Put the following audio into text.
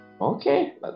okay